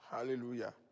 Hallelujah